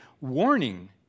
warning